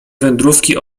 wędrówki